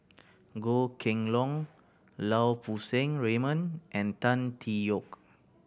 Goh Kheng Long Lau Poo Seng Raymond and Tan Tee Yoke